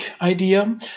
idea